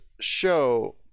show